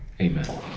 Amen